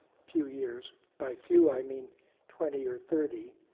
few years, by few, i mean twenty or thirty.